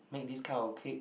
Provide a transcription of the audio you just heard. make this kind of cake